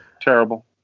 Terrible